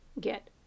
get